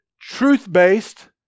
truth-based